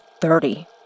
thirty